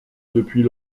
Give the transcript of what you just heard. depuis